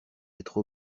être